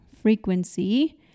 frequency